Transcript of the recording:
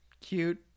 cute